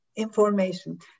information